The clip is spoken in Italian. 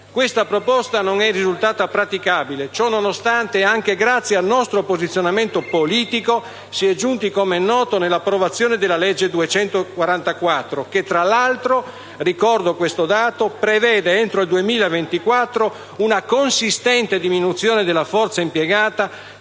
Questa proposta non è risultata praticabile. Ciononostante, anche grazie al nostro posizionamento politico si è giunti, come è noto, all'approvazione della legge n. 244 del 2012, che tra l'altro, ricordo questo dato, prevede entro il 2024 una consistente diminuzione della forza impiegata,